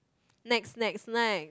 next next next